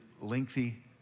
lengthy